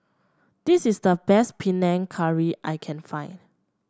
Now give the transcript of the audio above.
this is the best Panang Curry I can find